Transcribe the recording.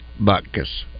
Buckus